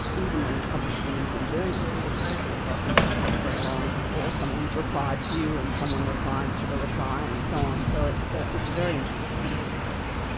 even when you publish things in journals for example, it often doesn't take very long before someone's replied to you and someone replies to the reply, and so on. so it's ah a very international thing these days.